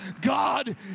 God